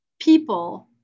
people